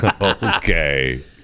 Okay